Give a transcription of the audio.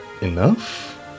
enough